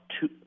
two